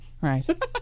Right